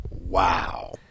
Wow